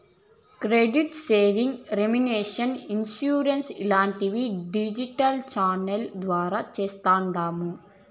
credit savings, remittance, insurance లాంటివి digital ఛానెల్ల ద్వారా చేస్తాండాము